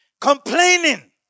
complaining